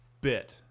bit